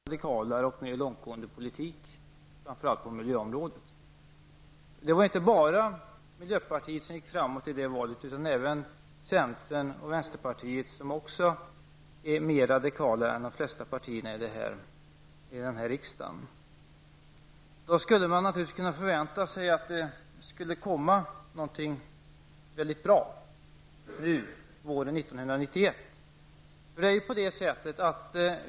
Herr talman! Detta betänkande om miljön är mycket stort, och det rör sig om mycket komplicerade frågor. Det är också frågor som på olika sätt är politiskt svåra. När miljöpartiet de gröna kom in i riksdagen efter valet 1988 var det ett uttryck för att det svenska folket krävde en radikalare och mer långtgående politik framför allt på miljöområdet. Det var inte bara miljöpartiet som gick framåt i det valet, utan även centern och vänsterpartiet, vilka också är mer radikala än de flesta partier i denna riksdag. Man skulle då naturligtvis kunna förvänta sig att det nu våren 1991 skulle komma ett mycket bra förslag.